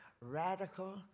radical